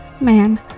Man